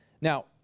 Now